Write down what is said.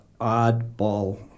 oddball